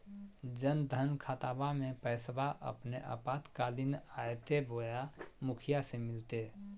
जन धन खाताबा में पैसबा अपने आपातकालीन आयते बोया मुखिया से मिलते?